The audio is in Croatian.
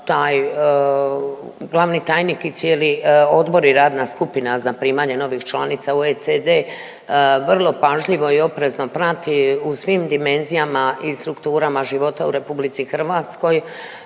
Taj glavni tajnik i cijeli odbor i radna skupina za primanje novih člana u OECD vrlo pažljivo i oprezno prati u svim dimenzijama i strukturama života u RH kako